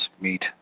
meet